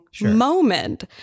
moment